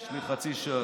יש לי חצי שעה.